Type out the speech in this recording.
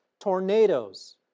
tornadoes